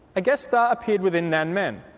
a guest star appeared within nanmen.